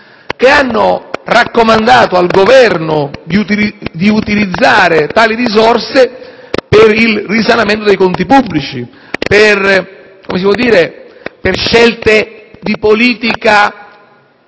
che hanno raccomandato al Governo di utilizzare tali risorse per il risanamento dei conti pubblici, con scelte politiche